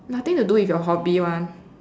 nothing to do with your hobby [one]